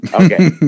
Okay